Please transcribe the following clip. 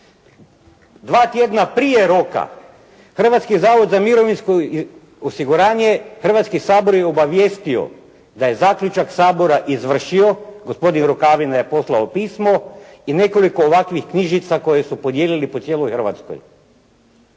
Dva tjedna prije roka Hrvatski zavod za mirovinsko osiguranje Hrvatski sabor je obavijestio da je zaključak Sabora izvršio, gospodin Rukavina je poslao pismo i nekoliko ovakvih knjižica koje su podijelili po cijeloj Hrvatskoj.